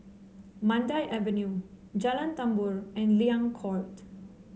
Mandai Avenue Jalan Tambur and Liang Court